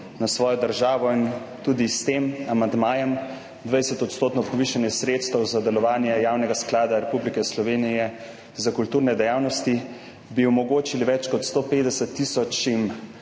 na svojo državo in tudi s tem amandmajem, 20 % povišanje sredstev za delovanje Javnega sklada Republike Slovenije za kulturne dejavnosti, bi omogočili več kot 150 tisoč